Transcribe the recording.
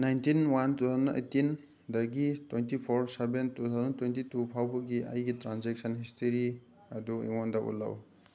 nineteen one two thousand eighteen ꯗꯒꯤ twenty four seven two thousand twenty two ꯐꯥꯎꯕꯒꯤ ꯑꯩꯒꯤ transaction history ꯑꯗꯨ ꯑꯩꯉꯣꯟꯗ ꯎꯠꯂꯛꯎ